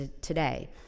today